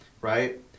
Right